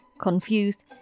confused